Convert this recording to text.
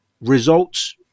results